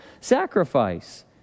sacrifice